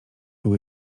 był